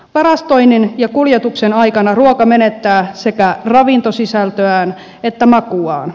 varastoinnin ja kuljetuksen aikana ruoka menettää sekä ravintosisältöään että makuaan